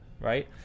right